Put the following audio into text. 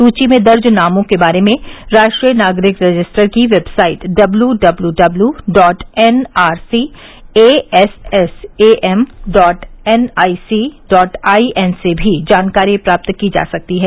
सुची में दर्ज नाम के बारे में राष्ट्रीय नागरिक रजिस्टर की website W W W dot N R C A S S A M dot N I C dot I N से भी जानकारी प्राप्त की जा सकती है